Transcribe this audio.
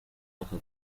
aka